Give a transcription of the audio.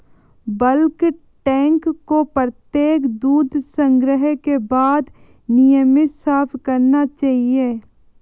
bulk tank को प्रत्येक दूध संग्रह के बाद नियमित साफ करना चाहिए